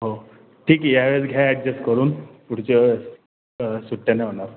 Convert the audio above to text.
हो ठीक आहे यावेळेस घ्या ॲडजस्ट करून पुढच्यावेळेस सुट्ट्या नाही होणार